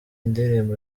ndirimbo